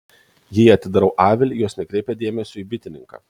jei atidarau avilį jos nekreipia dėmesio į bitininką